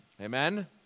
Amen